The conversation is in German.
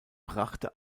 brachte